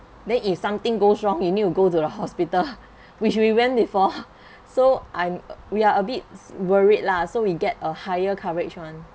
then if something goes wrong you need to go to the hospital which we went before so I'm we are a bit worried lah so we get a higher coverage one